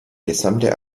gesamte